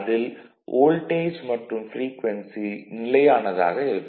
அதில் வோல்டேஜ் மற்றும் ப்ரீக்வென்சி நிலையானதாக இருக்கும்